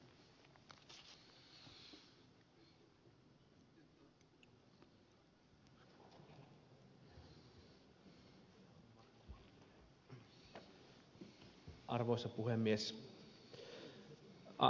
arvoisa puhemies